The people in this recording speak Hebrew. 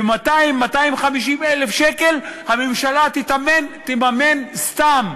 ו-200,000 250,000 שקל הממשלה תממן סתם,